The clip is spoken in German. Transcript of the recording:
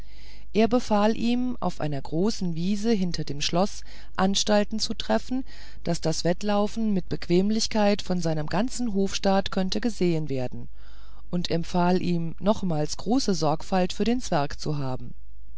er befahl ihm auf einer großen wiese hinter dem schloß anstalten zu treffen daß das wettlaufen mit bequemlichkeit von seinem ganzen hofstaat könnte gesehen werden und empfahl ihm nochmals große sorgfalt für den zwerg zu haben